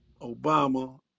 Obama